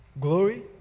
glory